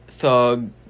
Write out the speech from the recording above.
Thug